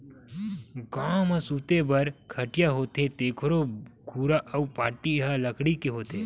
गाँव म सूते बर खटिया होथे तेखरो खुरा अउ पाटी ह लकड़ी के होथे